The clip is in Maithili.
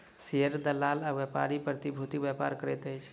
शेयर दलाल आ व्यापारी प्रतिभूतिक व्यापार करैत अछि